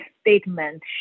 statement